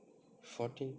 fourteen